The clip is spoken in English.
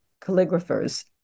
calligraphers